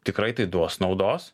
tikrai tai duos naudos